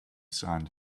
sand